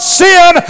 sin